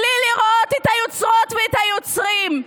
בלי לראות את היוצרות ואת היוצרים.